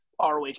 ROH